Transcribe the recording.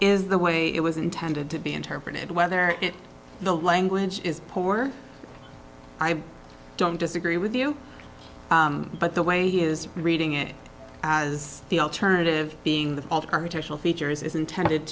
is the way it was intended to be interpreted whether the language is poor i don't disagree with you but the way he is reading it as the alternative being the architectural features is intended